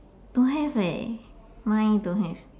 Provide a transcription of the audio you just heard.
don't have leh mine don't have